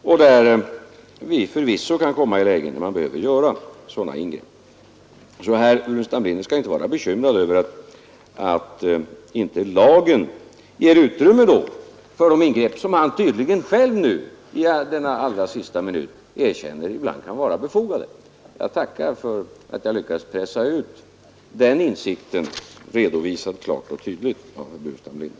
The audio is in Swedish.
Vi kan förvisso komma i lägen där man behöver göra sådana ingripanden. Herr Burenstam Linder skall alltså inte vara bekymrad över att lagen då inte skulle ge utrymme för de ingripanden som han själv nu i denna allra sista minut tydligen erkänner kan vara befogade. Jag är tacksam för att jag lyckades pressa ut den insikten, redovisad klart och tydligt av herr Burenstam Linder.